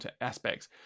aspects